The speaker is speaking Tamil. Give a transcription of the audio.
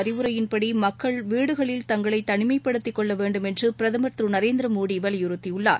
அறிவுரையின்படமக்கள் தங்களைதனிமைப்படுத்திகொள்ளவேண்டும் என்றுபிரதமர் திருநரேந்திரமோடிவலியுறுத்தியுள்ளார்